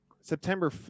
September